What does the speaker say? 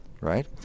right